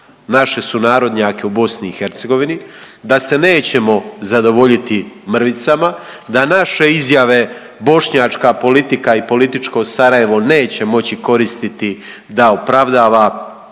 naše sunarodnjake u BiH, da se nećemo zadovoljiti mrvicama, da naše izjave bošnjačka politika i političko Sarajevo neće moći koristiti da opravdava